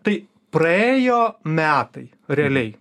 tai praėjo metai realiai